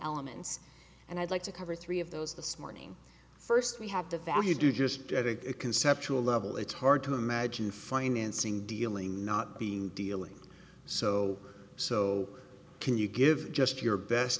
elements and i'd like to cover three of those the smarting first we have to value do just get a conceptual level it's hard to imagine financing dealing not being dealing so so can you give just your best